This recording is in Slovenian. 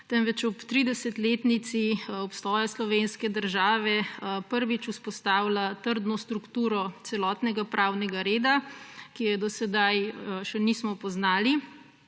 temveč ob 30-letnici obstoja slovenske države prvič vzpostavlja trdno strukturo celotnega pravnega reda, ki je do sedaj še nismo poznali.